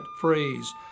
phrase